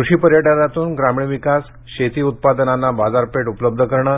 कृषी पर्यटनातून ग्रामीण विकास शेती उत्पादनांना बाजारपेठ उपलब्ध करण